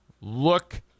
Look